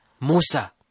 Musa